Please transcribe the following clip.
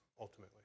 ultimately